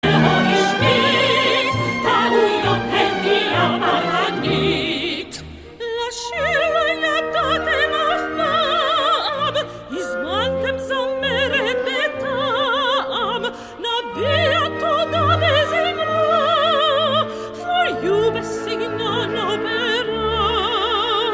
((חלק שלא הצלחתי)) לשירה ידעתם אף פעם הזמנתם זמרת בטעם נביע תודה בזמרה פור יו(?) בסגנון אופרה